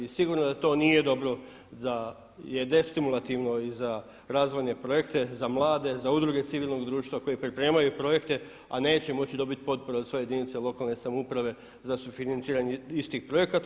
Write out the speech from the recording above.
I sigurno da to nije dobro, da je destimulativno i za razvojne projekte, za mlade, za udruge civilnog društva koje pripremaju projekte, a neće moći dobiti potporu od svoje jedinice lokalne samouprave za sufinanciranje istih projekata.